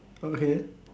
okay